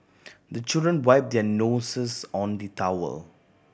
the children wipe their noses on the towel